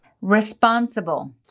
Responsible